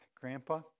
Grandpa